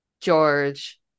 George